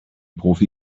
profi